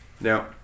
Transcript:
Now